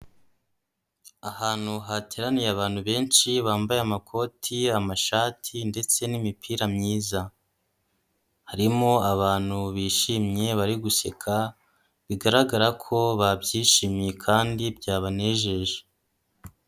Ahantu hateraniye abantu benshi bambaye amakoti, amashati ndetse n'imipira myiza, harimo abantu bishimye bari guseka, bigaragara ko babyishimiye kandi byabanejeje.